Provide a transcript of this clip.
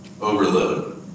overload